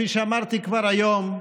כפי שאמרתי כבר היום,